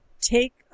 take